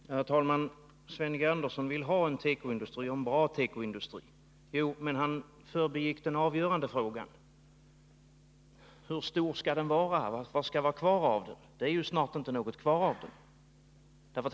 Herr talman! Sven G. Andersson vill ha en tekoindustri och en bra tekoindustri, men han förbigick den avgörande frågan: Hur stor skall den vara? Det är ju snart inte något kvar av den.